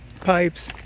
pipes